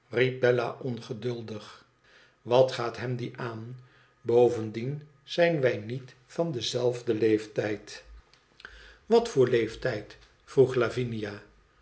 bella ongeduldig wat gaat hem die aan bovendien zijn wij met van denzelfden leeftijd wat voor leeftijd vroeg lavinia